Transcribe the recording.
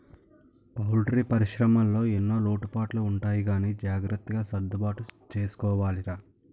poultry పరిశ్రమలో ఎన్నో లోటుపాట్లు ఉంటాయి గానీ జాగ్రత్తగా సర్దుబాటు చేసుకోవాలిరా